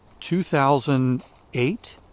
2008